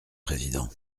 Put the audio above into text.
président